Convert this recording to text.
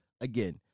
again